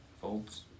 Folds